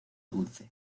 dulce